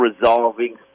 resolving